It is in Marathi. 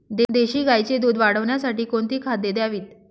देशी गाईचे दूध वाढवण्यासाठी कोणती खाद्ये द्यावीत?